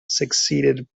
succeeded